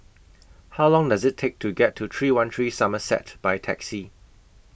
How Long Does IT Take to get to three one three Somerset By Taxi